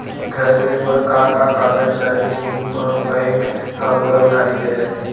घर ले बर का का कागज चाही जेम मा बैंक हा मोला उधारी दे दय?